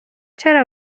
چرا